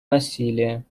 насилие